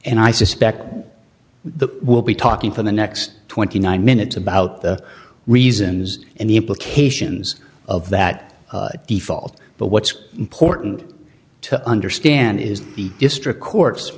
and i suspect the will be talking for the next twenty nine minutes about the reasons and the implications of that default but what's important to understand is the district courts